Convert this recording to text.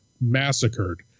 massacred